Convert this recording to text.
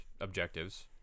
objectives